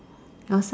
outside